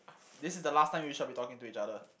this is the last time we shall be talking to each other